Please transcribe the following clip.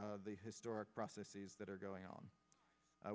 promote the historic processes that are going on